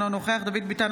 אינו נוכח דוד ביטן,